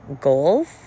goals